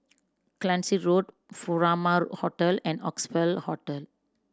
Cluny Road Furama Hotel and Oxley Hotel